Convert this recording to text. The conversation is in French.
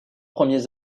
premiers